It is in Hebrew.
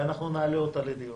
ואנחנו נעלה אותה לדיון.